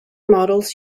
models